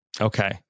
okay